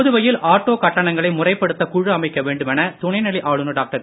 புதுவையில் ஆட்டோ கட்டணங்களை முறைப்படுத்த குழு அமைக்க வேண்டுமென துணைநிலை ஆளுனர் டாக்டர்